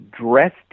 dressed